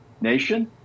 nation